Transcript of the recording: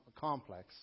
complex